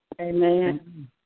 Amen